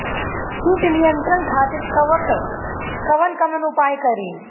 कीट नियंत्रण खातिर कवन कवन उपाय करी?